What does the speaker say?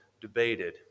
debated